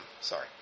sorry